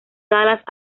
dallas